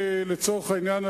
לצורך העניין,